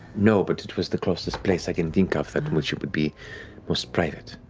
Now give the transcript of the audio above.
no, but it was the closest place i can think of which it would be most private.